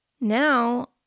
Now